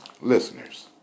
listeners